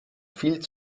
viel